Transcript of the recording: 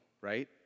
right